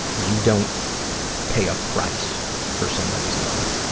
you don't pay a price for somebody's love,